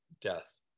death